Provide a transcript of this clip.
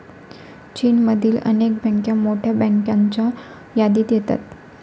चीनमधील अनेक बँका मोठ्या बँकांच्या यादीत येतात